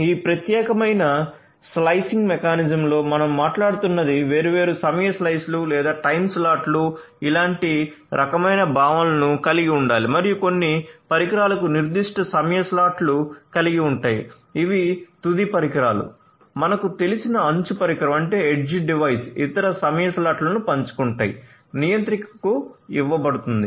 ఈ ప్రత్యేకమైన స్లైసింగ్ మెకానిజంలో మనం మాట్లాడుతున్నది వేర్వేరు సమయ స్లైస్లు లేదా టైమ్ స్లాట్లు ఇలాంటి రకమైన భావనలను కలిగి ఉండాలి మరియు కొన్ని పరికరాలకు నిర్దిష్ట సమయ స్లాట్లు కలిగి ఉంటాయి ఇవి తుది పరికరాలు మనకు తెలిసిన అంచు పరికరం ఇతర సమయ స్లాట్లను పంచుకుంటాయి నియంత్రికకు ఇవ్వబడుతుంది